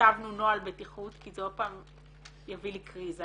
כתבנו נוהל בטיחות כי זה עוד פעם יביא לי קריזה